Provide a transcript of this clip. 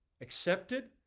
accepted